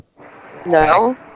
No